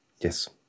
Yes